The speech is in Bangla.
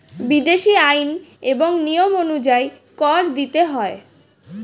বিদেশী আইন এবং নিয়ম অনুযায়ী কর দিতে হয়